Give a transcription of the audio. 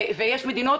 יש מדינות